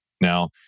Now